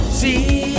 see